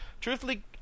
truthfully